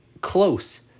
close